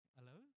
Hello